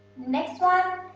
next one,